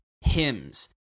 hymns